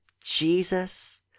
Jesus